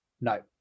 No